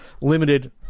limited